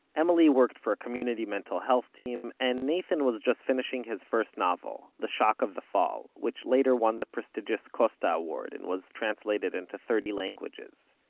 emily worked for a community mental health team, and nathan was just finishing his first novel, the shock of the fall, which later won the prestigious costa award and was translated into thirty languages.